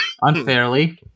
Unfairly